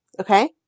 Okay